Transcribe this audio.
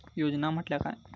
योजना म्हटल्या काय?